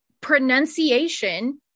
pronunciation